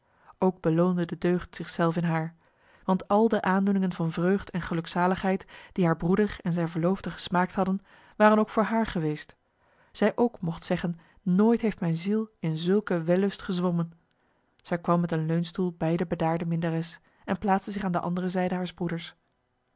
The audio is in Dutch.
ook beloonde de deugd zichzelf in haar want al de aandoeningen van vreugd en gelukzaligheid die haar broeder en zijn verloofde gesmaakt hadden waren ook voor haar geweest zij ook mocht zeggen nooit heeft mijn ziel in zulke wellust gezwommen zij kwam met een leunstoel bij de bedaarde minnares en plaatste zich aan de andere zijde haars broeders